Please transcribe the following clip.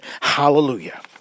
Hallelujah